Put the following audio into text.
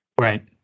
Right